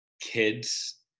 kids